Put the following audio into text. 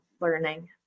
learning